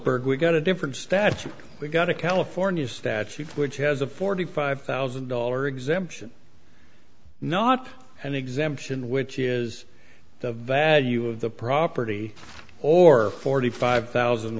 berg we got a different statute we've got a california statute which has a forty five thousand dollar exemption not an exemption which is the value of the property or forty five thousand